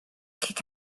kick